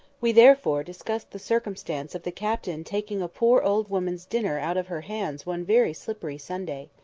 we therefore discussed the circumstance of the captain taking a poor old woman's dinner out of her hands one very slippery sunday.